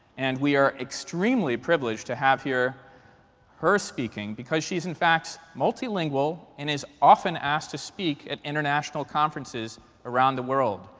and we are extremely privileged to have her speaking, because she is, in fact, multilingual and is often asked to speak at international conferences around the world.